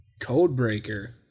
Codebreaker